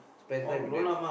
spend time with them